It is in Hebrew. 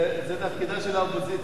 זה תפקידה של האופוזיציה.